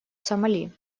сомали